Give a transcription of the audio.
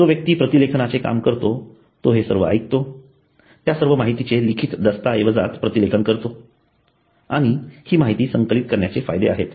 जो व्यक्ती प्रतिलेखनाचे काम करतो तो हे सर्व ऐकतो त्या सर्व माहितीचे लिखित दस्तऐवजात प्रतिलेखन करतो आणि हे माहिती संकलित करण्याचे फायदे आहेत